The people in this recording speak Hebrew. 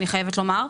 אני חייבת לומר,